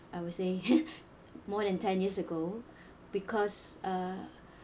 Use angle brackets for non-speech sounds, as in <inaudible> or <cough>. I would say <laughs> more than ten years ago because uh